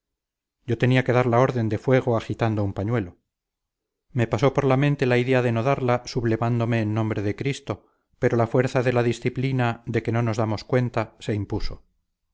yo tenía que dar la orden de fuego agitando un pañuelo me pasó por la mente la idea de no darla sublevándome en nombre de cristo pero la fuerza de la disciplina de que no nos damos cuenta se impuso